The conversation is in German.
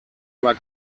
über